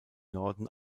norden